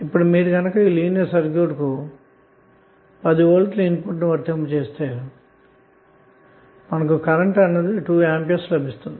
ఇప్పుడు ఈ సరళమైన సర్క్యూట్ కు గనక 10వోల్ట్ ఇన్పుట్ ను వర్తింపజేస్తే మనకు 2A కరెంటు లభిస్తుంది